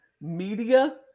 media